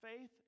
faith